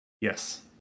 Yes